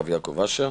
הרב יעקב אשר.